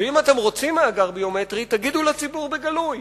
ואם אתם רוצים מאגר ביומטרי, תגידו לציבור בגלוי: